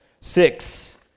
Six